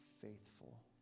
faithful